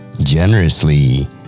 generously